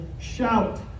shout